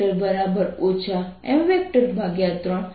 હું યુનિફોર્મ ઘનતા લઈને આવું છું